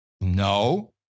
no